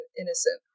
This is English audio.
innocent